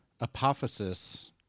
apophysis